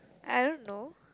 I don't know